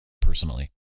personally